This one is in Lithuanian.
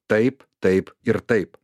taip taip ir taip